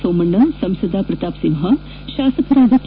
ಸೋಮಣ್ಣ ಸಂಸದ ಪ್ರತಾಪ್ ಸಿಂಪ ಶಾಸಕರಾದ ಕೆ